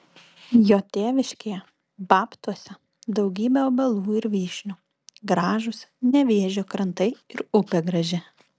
jo tėviškėje babtuose daugybė obelų ir vyšnių gražūs nevėžio krantai ir upė graži